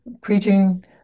preaching